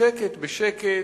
בשקט בשקט,